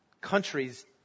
countries